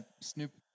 snoop